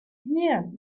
here